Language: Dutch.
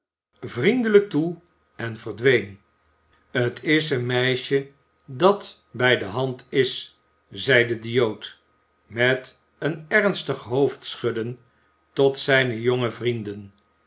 vriendelijk toe en verdween t is een meisje dat bij de hand is zeide de jood met een ernstig hoofdschudden tot zijne jonge vrienden